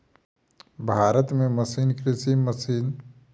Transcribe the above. भारत मे कृषि मशीन निर्माता एक सॅ बढ़ि क एक कृषि यंत्र बनबैत छथि